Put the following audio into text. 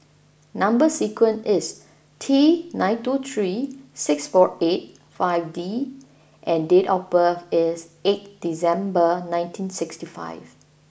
number sequence is T nine two three six four eight five D and date of birth is eight December nineteen sixty five